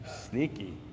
sneaky